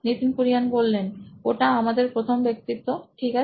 Nitin Kurian C O O নোইন ইলেক্ট্রনিক্সওটা আমাদের প্রথম ব্যক্তিত্ব ঠিক আছে